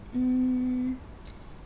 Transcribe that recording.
mm